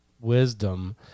wisdom